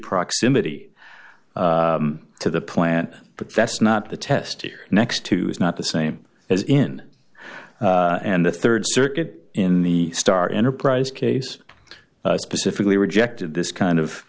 proximity to the plant but that's not the test here next to is not the same as in and the rd circuit in the star enterprise case specifically rejected this kind of